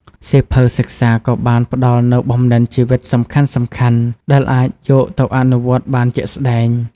សៀវភៅសិក្សាក៏បានផ្ដល់នូវបំណិនជីវិតសំខាន់ៗដែលអាចយកទៅអនុវត្តបានជាក់ស្តែង។